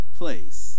place